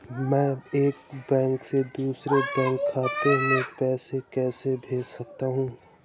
मैं एक बैंक से दूसरे बैंक खाते में पैसे कैसे भेज सकता हूँ?